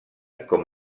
com